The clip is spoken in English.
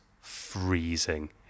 freezing